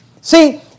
See